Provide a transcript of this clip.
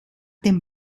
dem